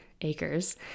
acres